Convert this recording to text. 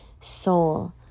soul